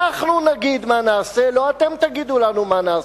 אנחנו נגיד מה נעשה, לא אתם תגידו לנו מה נעשה.